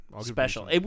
Special